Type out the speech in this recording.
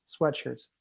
sweatshirts